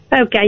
Okay